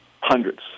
Hundreds